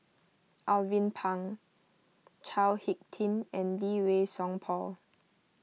Alvin Pang Chao Hick Tin and Lee Wei Song Paul